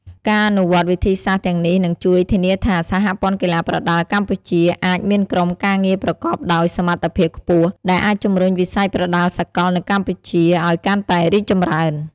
ការអនុវត្តវិធីសាស្ត្រទាំងនេះនឹងជួយធានាថា សហព័ន្ធកីឡាប្រដាល់កម្ពុជាអាច មានក្រុមការងារប្រកបដោយសមត្ថភាពខ្ពស់ ដែលអាចជំរុញវិស័យប្រដាល់សកលនៅកម្ពុជាឲ្យកាន់តែរីកចម្រើន។